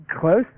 close